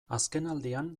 azkenaldian